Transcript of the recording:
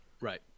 Right